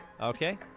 Okay